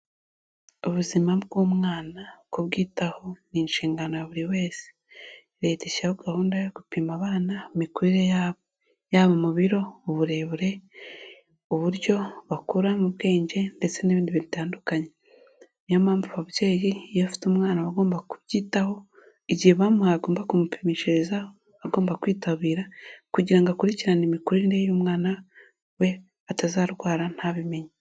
Ubuzima bw'umwana kubwitaho ni inshingano ya buri wese. Leta ishyiraho gahunda yo gupima abana imikurire yabo, yaba mu biro, uburebure, uburyo bakura mu bwenge ndetse n'ibindi bitandukanye. Niyo mpamvu ababyeyi iyo afite umwana aba agomba kubyitaho, igihe bamuhaye agomba kumupimishiriza, agomba kwitabira kugira ngo akurikirane imikurire y'umwana we atazarwara ntabimenye.